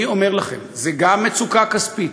אני אומר לכם: זה גם מצוקה כספית,